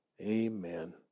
Amen